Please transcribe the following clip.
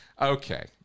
Okay